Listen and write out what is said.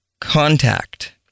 contact